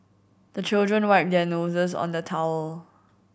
the children wipe their noses on the towel